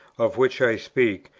of which i speak,